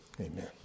amen